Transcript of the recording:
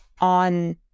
on